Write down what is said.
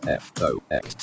fox